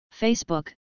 Facebook